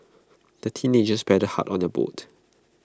the teenagers paddled hard on their boat